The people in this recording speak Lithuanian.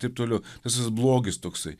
taip toliau tas visas blogis toksai